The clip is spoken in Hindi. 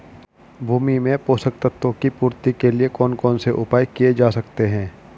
भूमि में पोषक तत्वों की पूर्ति के लिए कौन कौन से उपाय किए जा सकते हैं?